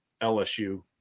LSU